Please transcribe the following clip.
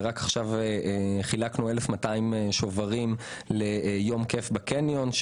עכשיו חילקנו 1,200 שוברים ליום כיף בקניון.